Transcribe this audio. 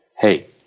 hey